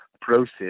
process